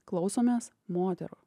klausomės moterų